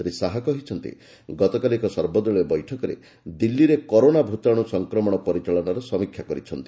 ଶ୍ରୀ ଶାହା ଗତକାଲି ଏକ ସର୍ବଦଳୀୟ ବୈଠକରେ ଦିଲ୍ଲୀରେ କରୋନା ଭୂତାଣୁ ସଂକ୍ରମଣ ପରିଚାଳନାର ସମୀକ୍ଷା କରିଛନ୍ତି